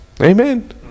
Amen